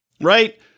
right